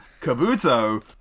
Kabuto